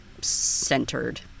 centered